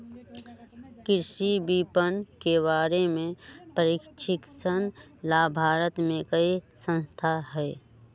कृषि विपणन के बारे में प्रशिक्षण ला भारत में कई संस्थान हई